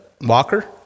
Walker